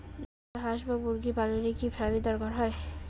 Local হাস বা মুরগি পালনে কি ফার্ম এর দরকার হয়?